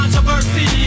Controversy